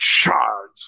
charge